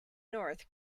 north